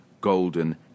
golden